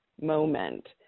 moment